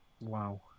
Wow